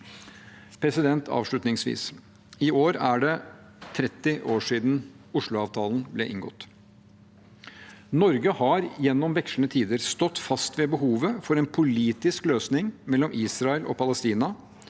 utfordringer. Avslutningsvis: I år er det er 30 år siden Oslo-avtalen ble inngått. Norge har gjennom vekslende tider stått fast ved behovet for en politisk løsning mellom Israel og Palestina,